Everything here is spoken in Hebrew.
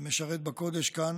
שמשרת בקודש כאן